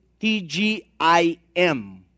TGIM